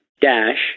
dash